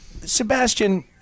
Sebastian